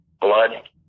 blood